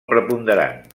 preponderant